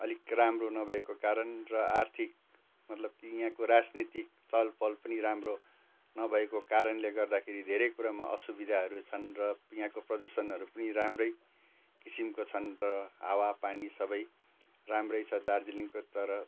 अलिक राम्रो नभएको कारण र आर्थिक मतलब यहाँको राजनीतिक चहल पहल पनि राम्रो नभएको कारणले गर्दाखेरि धेरै कुरामा असुविधाहरू छन् र यहाँको प्रदूषणहरू पनि राम्रो किसिमका छन् र हावा पानी सबै राम्रो छ दार्जिलिङको तर